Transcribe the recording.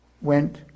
went